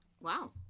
Wow